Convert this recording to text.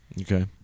Okay